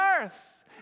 earth